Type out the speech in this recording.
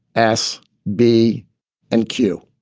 s, b and q